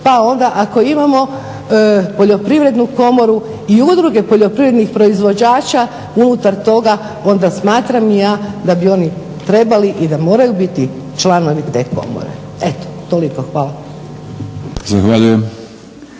pa onda ako imamo Poljoprivrednu komoru i udruge poljoprivrednih proizvođača unutar toga onda smatram i ja da bi oni trebali i da moraju biti članovi te komore. Eto, toliko. Hvala. **Batinić,